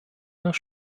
nach